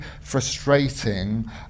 frustrating